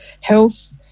Health